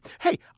Hey